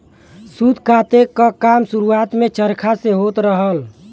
सूत काते क काम शुरुआत में चरखा से होत रहल